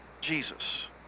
Jesus